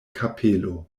kapelo